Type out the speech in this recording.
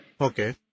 Okay